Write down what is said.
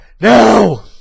No